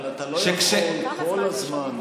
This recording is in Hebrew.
אבל אתה לא יכול כל הזמן,